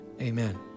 amen